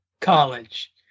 college